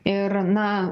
ir na